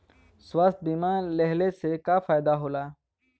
स्वास्थ्य बीमा लेहले से का फायदा होला?